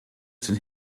sind